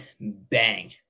bang